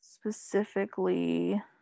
specifically